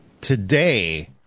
today